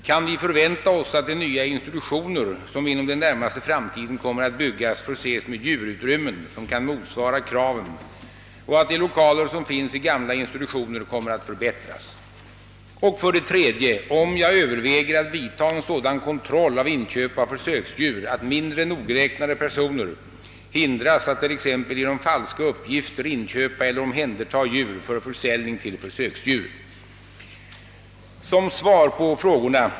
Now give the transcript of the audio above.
Kan vi förvänta oss att de nya institutioner, som inom den närmaste framtiden kommer att byggas, förses med djurutrymmen som kan motsvara kraven och att de lokaler som finns i gamla institutioner kommer att förbättras, 3) om jag överväger att vidta en sådan kontroll av inköp av försöksdjur att mindre nogräknade personer hindras att t.ex. genom falska uppgifter inköpa eller omhänderta djur för försäljning till försöksdjur.